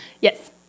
Yes